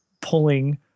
pulling